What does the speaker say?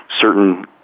certain